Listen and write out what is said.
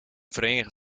verenigde